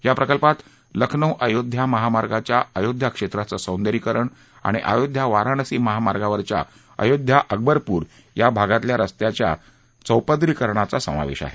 या प्रकल्पात लखनौ अयोध्या महामार्गाच्या अयोध्याक्षेत्राचं सौदर्यींकरण आणि अयोध्या वाराणसी महामार्गावरच्या अयोध्या अकबरपूर या भागातल्या रस्त्याच्या चारपदरीकरणाचा समावेश आहे